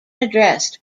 addressed